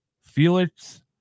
Felix